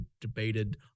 debated